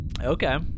Okay